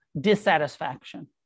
dissatisfaction